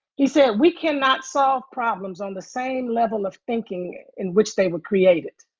he said we cannot solve problems on the same level of thinking in which they were created.